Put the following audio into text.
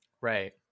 Right